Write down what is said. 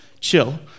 Chill